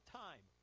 time